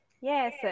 Yes